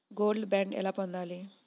Gold bond ఎలా పొందాలి?